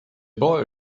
boy